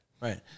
Right